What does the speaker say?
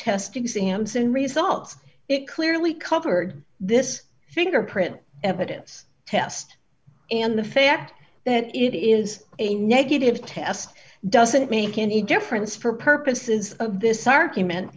test exams in result it clearly covered this fingerprint evidence test and the fact that it is a negative test doesn't make any difference for purposes of this argument